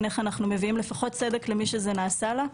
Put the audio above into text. איך אנחנו מביאים לפחות צדק למי שזה נעשה לה,